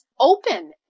open